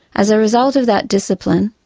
as a result of that discipline,